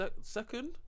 second